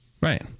Right